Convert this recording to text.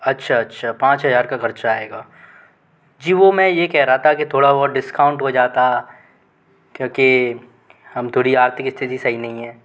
अच्छा अच्छा पाँच हज़ार का ख़र्चा आएगा जी वो मैं ये कह रहा था कि थोड़ा और डिस्काउंट हो जाता क्योंकि हम थोड़ी आर्थिक स्थिति सही नहीं है